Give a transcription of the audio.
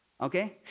Okay